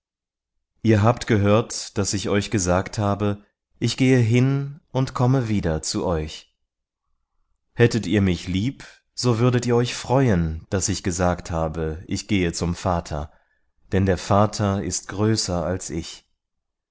ihr habt gehört daß ich euch gesagt habe ich gehe hin und komme wieder zu euch hättet ihr mich lieb so würdet ihr euch freuen daß ich gesagt habe ich gehe zum vater denn der vater ist größer als ich